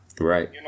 Right